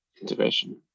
integration